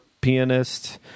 pianist